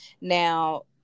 Now